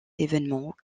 évènements